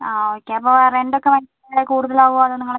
ആ ഓക്കെ അപ്പോൾ റെന്റ് ഒക്കെ വളരെ കൂടുതൽ ആവുവാണെങ്കിൽ നിങ്ങൾ